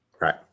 Right